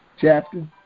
chapter